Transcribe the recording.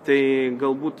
tai galbūt